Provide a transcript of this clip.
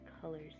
colors